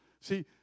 See